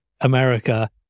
America